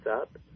up